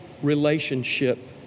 relationship